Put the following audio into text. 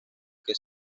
que